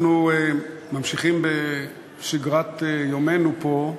אנחנו ממשיכים בשגרת יומנו פה,